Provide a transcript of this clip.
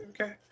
okay